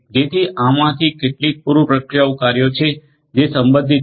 જેથી આ આમાંથી કેટલાક પૂર્વ પ્રક્રિયા કાર્યો છે જે સંબંધિત છે